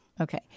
Okay